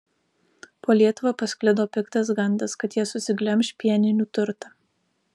po lietuvą pasklido piktas gandas kad jie susiglemš pieninių turtą